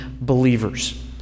believers